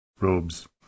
robes